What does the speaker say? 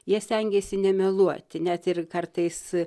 jie stengiasi nemeluoti net ir kartais